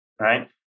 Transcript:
right